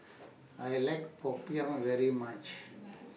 I like Popiah very much